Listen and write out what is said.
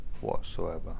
whatsoever